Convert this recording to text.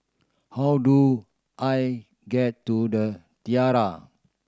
how do I get to The Tiara